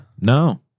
No